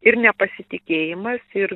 ir nepasitikėjimas ir